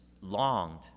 longed